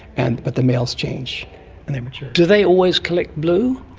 and but the males change when they mature. do they always collect blue?